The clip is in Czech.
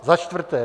Za čtvrté.